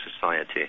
society